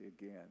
again